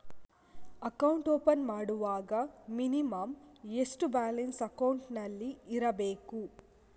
Account open ಮಾಡುವಾಗ minimum ಎಷ್ಟು balance ಅಕೌಂಟಿನಲ್ಲಿ ಇರಬೇಕು?